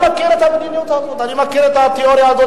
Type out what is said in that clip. חובות על בתי-השקעות), התש"ע 2010,